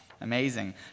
Amazing